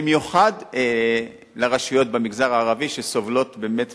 במיוחד לרשויות במגזר הערבי שסובלות באמת